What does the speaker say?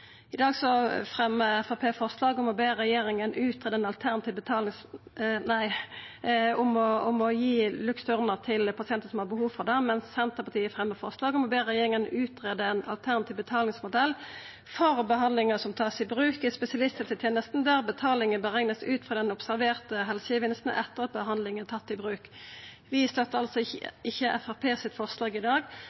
I dag fremjar Framstegspartiet forslag om å gi Luxturna til pasientar som har behov for det, mens Senterpartiet og SV fremjar forslag om å be regjeringa «utrede en alternativ betalingsmodell for behandlinger som tas i bruk i spesialisthelsetjenesten, der betalingen beregnes ut fra den observerte helsegevinsten etter at behandlingen er tatt i bruk». Vi støttar altså ikkje forslaget frå Framstegspartiet i dag.